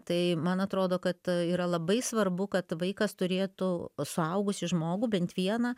tai man atrodo kad yra labai svarbu kad vaikas turėtų suaugusį žmogų bent vieną